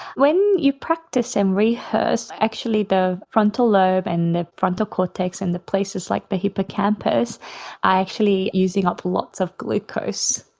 when you practise and rehearse, actually the frontal lobe and the frontal cortex and the places like the hippocampus are actually using up lots of glucose,